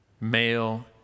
male